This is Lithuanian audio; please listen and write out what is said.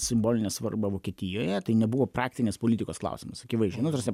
simbolinę svarbą vokietijoje tai nebuvo praktinės politikos klausimas akivaizdžiai nu ta prasme